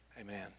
Amen